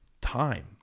time